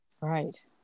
Right